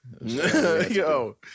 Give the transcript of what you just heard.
Yo